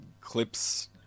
clips